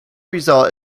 result